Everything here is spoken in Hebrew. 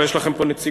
אבל יש לכם פה נציגות,